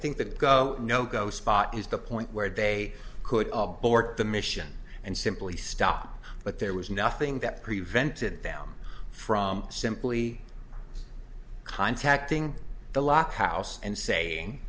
think the go no go spot is the point where they could board the mission and simply stop but there was nothing that prevented them from simply contacting the lock house and saying